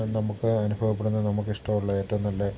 നമുക്ക് അനുഭവപ്പെടുന്ന നമുക്കിഷ്ടവുള്ള ഏറ്റവും നല്ല